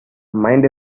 mind